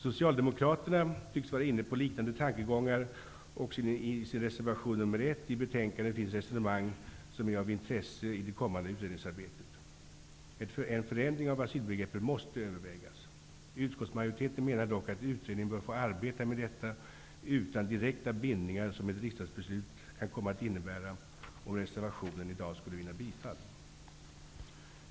Socialdemokraterna tycks vara inne på liknande tankegångar och i sin reservation nr 1 i betänkandet förs resonemang som är av intresse i det kommande utredningsarbetet. En förändring av asylbegreppet måste övervägas. Utskottsmajoriteten menar dock att utredningen bör få arbeta med detta utan direkta bindningar som ett riksdagsbeslut kan komma att innebära om reservationen i dag skulle vinna bifall.